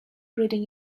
reading